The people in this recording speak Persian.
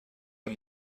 این